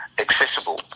accessible